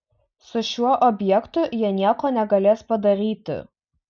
su šiuo objektu jie nieko negalės padaryti